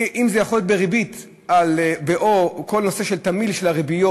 אם זה יכול להיות בריבית או בכל נושא של תמהיל הריביות